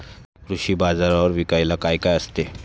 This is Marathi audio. कृषी बाजारावर विकायला काय काय असते?